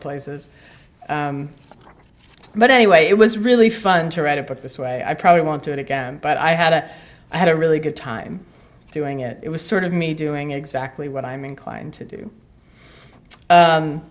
places but anyway it was really fun to write it but this way i probably won't do it again but i had a i had a really good time doing it it was sort of me doing exactly what i mean klein to do